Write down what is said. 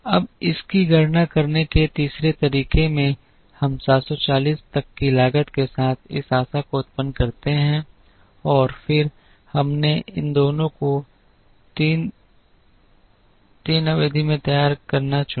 अब इसकी गणना करने के तीसरे तरीके में हम 740 तक की लागत के साथ इस आशा को उत्पन्न करते हैं और फिर हमने इन दोनों को 3 3 अवधि में तैयार करना चुना